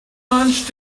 lunch